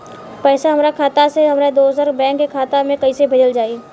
पैसा हमरा खाता से हमारे दोसर बैंक के खाता मे कैसे भेजल जायी?